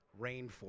rainforest